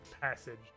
passage